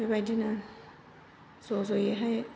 बेबायदिनो ज' ज'यैहाय